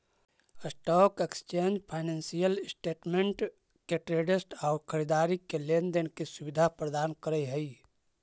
stock exchange financial instrument के traders आउ खरीदार के लेन देन के सुविधा प्रदान करऽ हइ